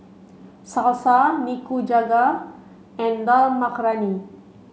Salsa Nikujaga and Dal Makhani